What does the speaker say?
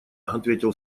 ответил